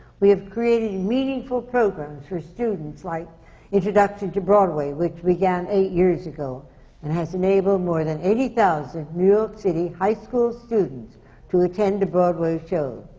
we have created meaningful programs for students, like introduction to broadway, which began eight years ago and has enabled more than eighty thousand new york city high school students to attend a broadway show,